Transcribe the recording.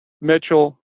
Mitchell